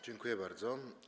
Dziękuję bardzo.